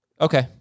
Okay